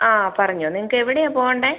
ആ പറഞ്ഞോ നിങ്ങൾക്ക് എവിടെയാണ് പോവേണ്ടത്